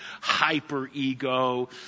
hyper-ego